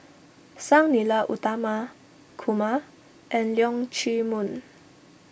Sang Nila Utama Kumar and Leong Chee Mun